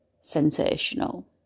sensational